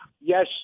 Yes